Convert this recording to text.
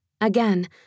again